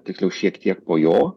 tiksliau šiek tiek po jo